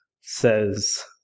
says